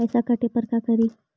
पैसा काटे पर का करि?